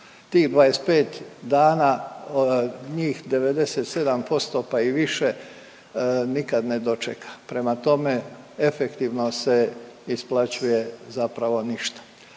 Tih 25 dana njih 97%, pa i više nikad ne dočeka. Prema tome, efektivno se isplaćuje zapravo ništa,